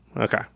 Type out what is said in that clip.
okay